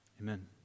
Amen